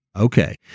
okay